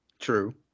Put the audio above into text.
True